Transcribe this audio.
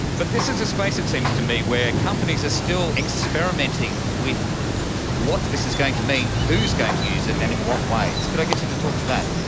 but this is a space, it seems to me, where companies are still experimenting with what this is going to mean, who's going to use it and in what ways. could i get you to talk to that?